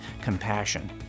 compassion